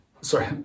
sorry